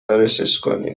رفتار